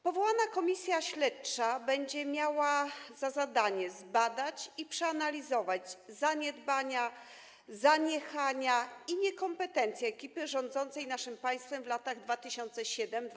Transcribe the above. Powołana Komisja Śledcza będzie miała za zadanie zbadać i przenalizować zaniedbania, zaniechania i niekompetencję ekipy rządzącej naszym państwem w latach 2007–2015.